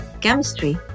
chemistry